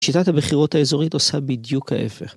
שיטת הבחירות האזורית עושה בדיוק ההיפך.